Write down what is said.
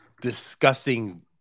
discussing